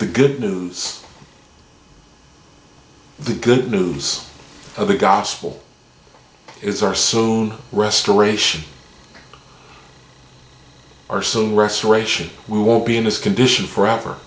the good news the good news of the gospel is our soon restoration or so restoration we won't be in this condition forever